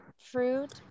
Fruit